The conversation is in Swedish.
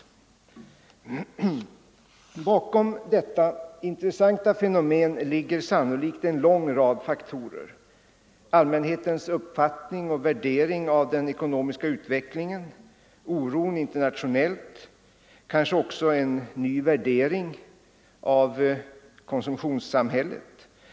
Onsdagen den Bakom detta intressanta fenomen ligger sannolikt en lång rad faktorer: — 20 november 1974 allmänhetens uppfattning och värdering av den ekonomiska utvecklingen, oron internationellt, kanske också en ny värdering av konsumtions = Utredning om det samhället.